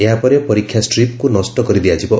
ଏହାପରେ ପରୀକ୍ଷା ଷ୍ଟ୍ରିପ୍କୁ ନଷ୍ଟ କରିଦିଆଯିବ